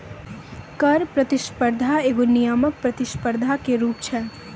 कर प्रतिस्पर्धा एगो नियामक प्रतिस्पर्धा के रूप छै